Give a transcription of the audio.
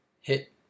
hit